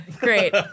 Great